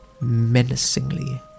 menacingly